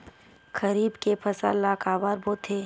खरीफ के फसल ला काबर बोथे?